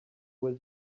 will